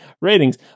ratings